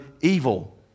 evil